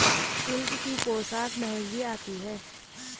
silk की पोशाक महंगी आती है